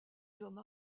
hommes